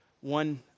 one